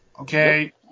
Okay